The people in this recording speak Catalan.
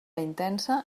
intensa